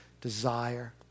desire